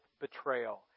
betrayal